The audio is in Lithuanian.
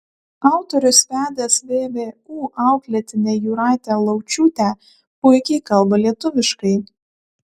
autorius vedęs vvu auklėtinę jūratę laučiūtę puikiai kalba lietuviškai